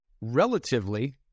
relatively